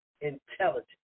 intelligence